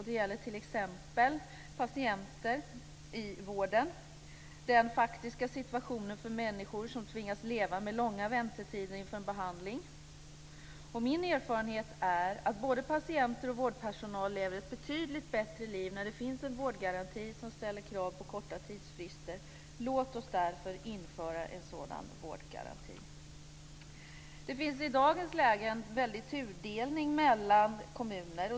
Det gäller t.ex. patienter i vården, den faktiska situationen för människor som tvingas leva med långa väntetider inför en behandling. Min erfarenhet är att både patienter och vårdpersonal lever ett betydligt bättre liv när det finns en vårdgartanti som ställer krav på korta tidsfrister. Låt oss därför införa en sådan vårdgaranti. Det finns i dagens läge en tudelning mellan kommuner.